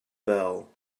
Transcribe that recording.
bell